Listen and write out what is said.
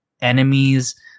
enemies